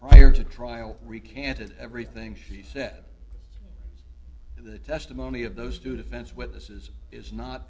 prior to trial recanted everything she said and the testimony of those two defense witnesses is not